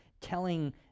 telling